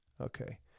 Okay